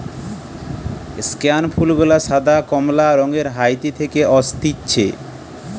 স্কেয়ান ফুল গুলা সাদা, কমলা রঙের হাইতি থেকে অসতিছে